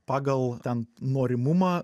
pagal ten norimumą